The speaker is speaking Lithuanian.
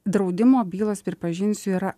draudimo bylos pripažinsiu yra